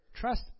Trust